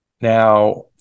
now